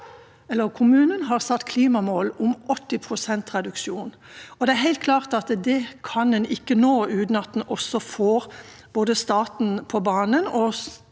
Kommunen har satt et klimamål på 80 pst. reduksjon. Det er helt klart at det kan en ikke nå uten at en også både får staten på banen og